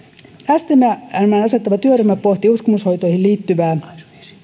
stmn asettama työryhmä pohti uskomushoitoihin liittyvää